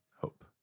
Hope